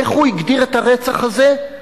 איך הוא הגדיר את הרצח הזה?